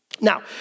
Now